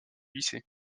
lycée